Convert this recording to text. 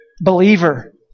Believer